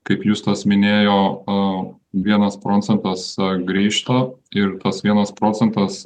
kaip justas minėjo vienas procentas grįžta ir tas vienas procentas